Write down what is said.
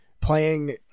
playing